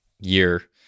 year